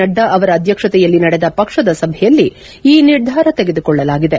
ನಡ್ಡಾ ಅವರ ಅಧ್ಯಕ್ಷತೆಯಲ್ಲಿ ನಡೆದ ಪಕ್ಷದ ಸಭೆಯಲ್ಲಿ ಈ ನಿರ್ಧಾರ ತೆಗೆದುಕೊಳ್ಳಲಾಗಿದೆ